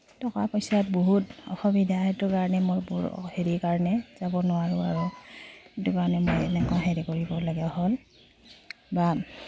টকা পইচাত বহুত অসুবিধা সেইটো কাৰণে মোৰ হেৰিৰ কাৰণে যাব নোৱাৰোঁ আৰু সেইটো কাৰণে মই এনেকুৱা হেৰি কৰিব লগা হ'ল বা